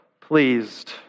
pleased